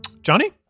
Johnny